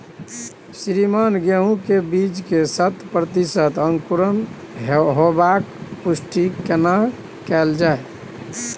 श्रीमान गेहूं के बीज के शत प्रतिसत अंकुरण होबाक पुष्टि केना कैल जाय?